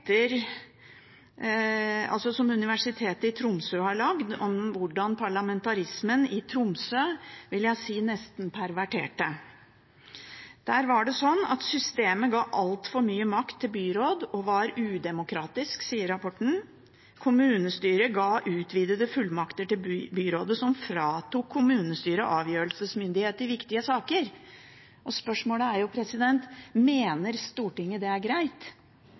som Universitetet i Tromsø har laget om hvordan parlamentarismen i Tromsø nesten – vil jeg si – ble pervertert. Der ga systemet altfor mye makt til byrådet og var udemokratisk, sier rapporten: Kommunestyret ga «utvidete fullmakter til byrådet, som fratok kommunestyret avgjørelsesmyndighet i viktige saker». Spørsmålet er da: Mener Stortinget at det er greit?